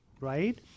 right